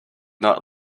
not